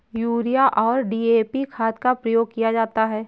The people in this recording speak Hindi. यूरिया और डी.ए.पी खाद का प्रयोग किया जाता है